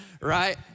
right